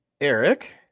Eric